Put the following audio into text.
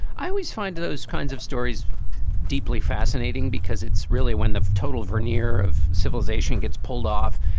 i always find those kinds of stories deeply fascinating because it's really when the total veneer of civilization gets pulled off.